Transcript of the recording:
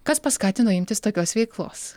kas paskatino imtis tokios veiklos